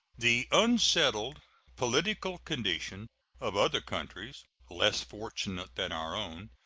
the unsettled political condition of other countries, less fortunate than our own,